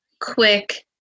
quick